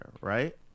right